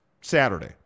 Saturday